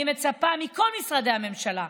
אני מצפה מכל משרדי הממשלה,